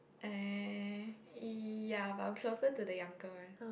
uh ya but I'm closer to the younger one